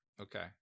Okay